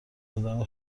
آدم